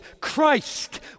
Christ